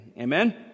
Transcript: Amen